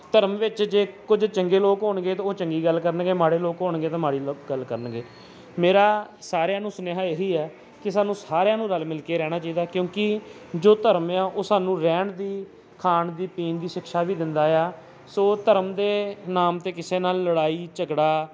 ਧਰਮ ਵਿੱਚ ਜੇ ਕੁਝ ਚੰਗੇ ਲੋਕ ਹੋਣਗੇ ਉਹ ਚੰਗੀ ਗੱਲ ਕਰਨਗੇ ਮਾੜੇ ਲੋਕ ਹੋਣਗੇ ਤਾਂ ਮਾੜੀ ਲ ਗੱਲ ਕਰਨਗੇ ਮੇਰਾ ਸਾਰਿਆਂ ਨੂੰ ਸੁਨੇਹਾ ਇਹ ਹੀ ਹੈ ਕਿ ਸਾਨੂੰ ਸਾਰਿਆਂ ਨੂੰ ਰਲ ਮਿਲ ਕੇ ਰਹਿਣਾ ਚਾਹੀਦਾ ਕਿਉਂਕਿ ਜੋ ਧਰਮ ਆ ਉਹ ਸਾਨੂੰ ਰਹਿਣ ਦੀ ਖਾਣ ਦੀ ਪੀਣ ਦੀ ਸਿਕਸ਼ਾ ਵੀ ਦਿੰਦਾ ਹੈ ਸੋ ਧਰਮ ਦੇ ਨਾਮ 'ਤੇ ਕਿਸੇ ਨਾਲ ਲੜਾਈ ਝਗੜਾ